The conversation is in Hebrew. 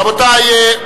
רבותי,